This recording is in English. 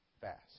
fast